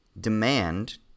demand